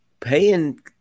paying